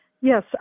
Yes